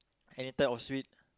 any type of sweet